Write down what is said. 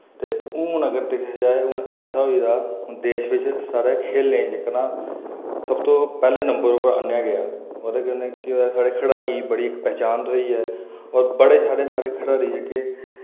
ते हुन अगर दिक्खेआ जा हुन ऐसा होई दा हुन देश बिच सारे खेढने च इक ना सब तों पैह्ले नंबर उप्पर आह्नेआ गेआ ओह्दे कन्नै केह् होआ साढ़े खलाड़ी बड़ी इक पैहचान थ्होई ऐ और बड़े हारे साढ़े खलाड़ी जेह्के